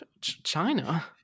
china